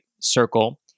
circle